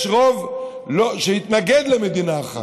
יש רוב שיתנגד למדינה אחת.